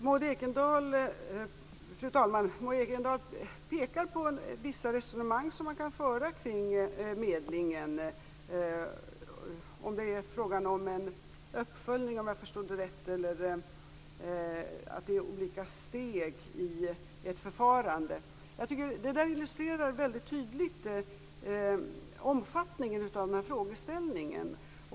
Fru talman! Maud Ekendahl pekar på vissa resonemang som man kan föra kring medling om det är fråga om en uppföljning, om jag förstod det rätt, eller om det handlar om att det är olika steg i ett förfarande. Det illustrerar väldigt tydligt omfattningen av den här frågeställningen.